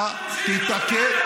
אתה תיתקל,